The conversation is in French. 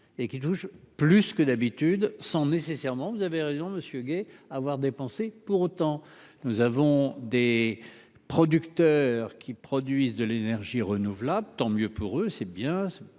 et qui touchent plus que d'habitude, sans nécessairement vous avez raison Monsieur Gay avoir dépensé pour autant. Nous avons des producteurs qui produisent de l'énergie renouvelable, tant mieux pour eux, c'est bien, c'est